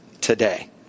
today